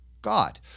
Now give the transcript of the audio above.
God